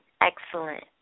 excellent